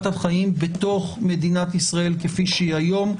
החיים בתוך מדינת ישראל כפי שהיא היום,